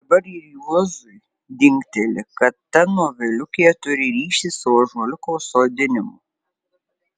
dabar ir juozui dingteli kad ta noveliukė turi ryšį su ąžuoliuko sodinimu